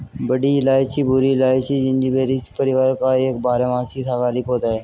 बड़ी इलायची भूरी इलायची, जिंजिबेरेसी परिवार का एक बारहमासी शाकाहारी पौधा है